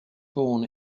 born